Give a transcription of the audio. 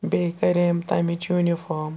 بیٚیہِ کَرییَم تَمِچ یوٗنِفام